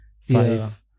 five